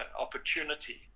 opportunity